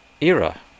era